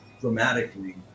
dramatically